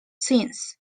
since